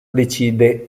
decide